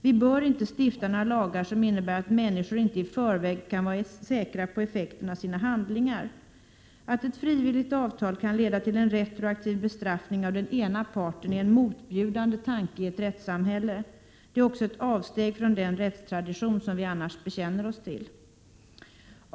Vi bör inte stifta några lagar som innebär att människor inte i förväg kan vara säkra på effekten av sina handlingar. Att ett frivilligt avtal kan leda till en retroaktiv bestraffning av den ena parten är en motbjudande tanke i ett rättssamhälle. Det är också ett avsteg från den rättstradition som vi annars bekänner oss till.